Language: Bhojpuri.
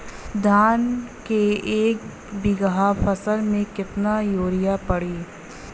धान के एक बिघा फसल मे कितना यूरिया पड़ी?